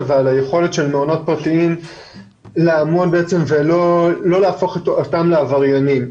ועל היכולת של מעונות פרטיים לא להפוך אותם לעבריינים.